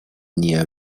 near